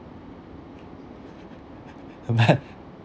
but